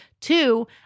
Two